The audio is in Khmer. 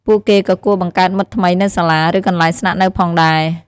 ពួកគេក៏គួរបង្កើតមិត្តថ្មីនៅសាលា ឬកន្លែងស្នាក់នៅផងដែរ។